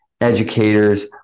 educators